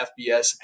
FBS